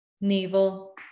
navel